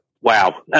Wow